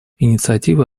инициативы